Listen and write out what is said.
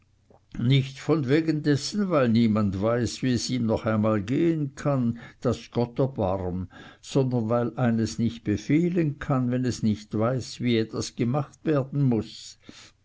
nicht von wegen dessen weil niemand weiß wie es ihm noch einmal gehen kann daß gott erbarm sondern weil eines nicht befehlen kann wenn es nicht weiß wie etwas gemacht werden muß